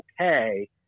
okay